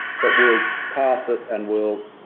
but we'll pass it and we'll,